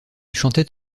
chantait